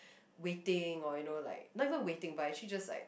waiting or you know like not even waiting but actually just like